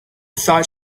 thought